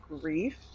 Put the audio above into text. grief